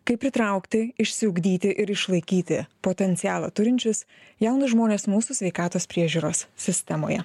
kaip pritraukti išsiugdyti ir išlaikyti potencialą turinčius jaunus žmones mūsų sveikatos priežiūros sistemoje